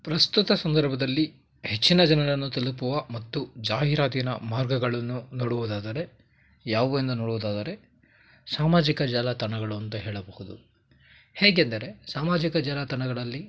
ಪ್ರಸ್ತುತ ಸಂದರ್ಭದಲ್ಲಿ ಹೆಚ್ಚಿನ ಜನರನ್ನು ತಲುಪುವ ಮತ್ತು ಜಾಹೀರಾತಿನ ಮಾರ್ಗಗಳನ್ನು ನೋಡುವುದಾದರೆ ಯಾವುವೆಂದು ನೋಡುವುದಾದರೆ ಸಾಮಾಜಿಕ ಜಾಲತಾಣಗಳು ಅಂತ ಹೇಳಬಹುದು ಹೇಗೆಂದರೆ ಸಾಮಾಜಿಕ ಜಾಲತಾಣಗಳಲ್ಲಿ